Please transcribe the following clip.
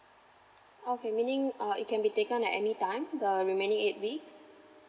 okay meaning uh it can be taken at any time the remaining eight weeks